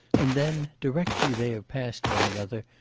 and then, directly they have passed one another,